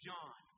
John